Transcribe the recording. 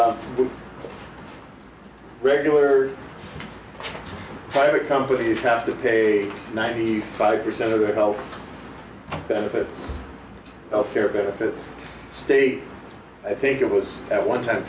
as regular private companies have to pay ninety five percent of their health benefits health care benefits state i think it was at one time